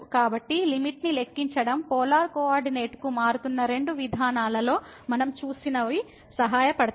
కాబట్టి లిమిట్ ని లెక్కించడం పోలార్ కోఆర్డినేట్కు మారుతున్న రెండు విధానాలలో మనం చూసినవి సహాయపడతాయి